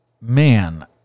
man